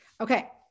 Okay